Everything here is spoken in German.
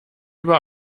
über